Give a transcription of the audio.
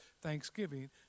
thanksgiving